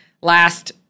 last